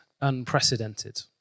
unprecedented